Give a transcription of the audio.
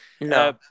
No